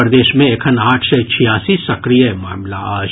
प्रदेश मे एखन आठ सय छियासी सक्रिय मामिला अछि